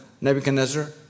Nebuchadnezzar